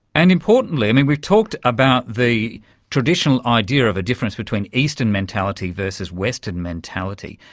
and importantly, i mean, we've talked about the traditional idea of the difference between eastern mentality versus western mentality,